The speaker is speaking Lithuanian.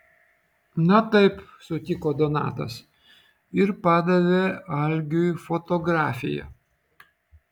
na taip sutiko donatas ir padavė algiui fotografiją